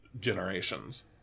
generations